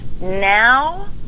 now